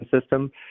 system